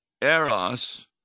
eros